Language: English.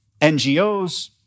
NGOs